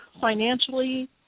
financially